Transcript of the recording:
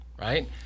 right